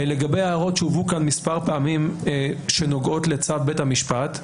לגבי ההערות שנאמרו כאן מספר פעמים שנוגעות לצו בית המשפט.